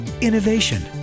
innovation